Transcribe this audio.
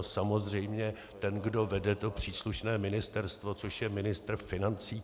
Samozřejmě ten, kdo vede to příslušné ministerstvo, což je ministr financí.